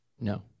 No